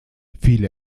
viele